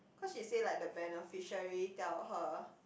cause she say like the beneficiary tell her